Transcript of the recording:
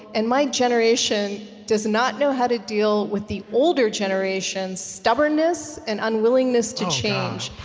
and my generation does not know how to deal with the older generation's stubbornness and unwillingness to change,